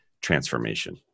transformation